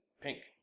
pink